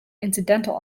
incidental